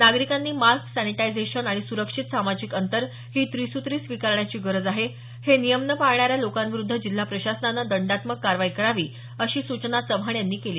नागरिकांनी mask sanitization आणि सुरक्षित सामाजिक अंतर ही त्रिसुत्री स्वीकारण्याची गरज आहे हे नियम न पाळणऱ्या लोकांविरुद्ध जिल्हा प्रशासनानं दंडात्मक कारवाई करावी अशा सूचना चव्हाण यांनी दिल्या